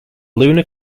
lunar